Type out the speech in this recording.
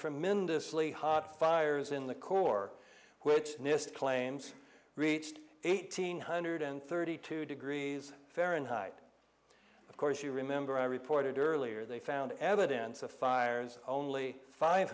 tremendously hot fires in the core which nist claims reached eighteen hundred and thirty two degrees fahrenheit of course you remember i reported earlier they found evidence of fires only five